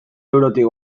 eurotik